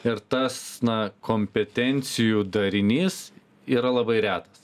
ir tas na kompetencijų darinys yra labai retas